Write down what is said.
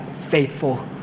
faithful